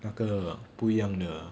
那个不一样的